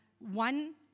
One